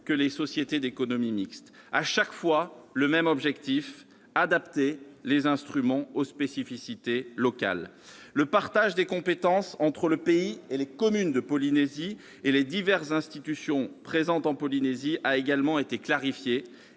et des sociétés d'économie mixte, avec chaque fois le même objectif : adapter les instruments aux spécificités locales. Le partage des compétences entre le pays, les communes de Polynésie et les diverses institutions présentes en Polynésie a également été clarifié,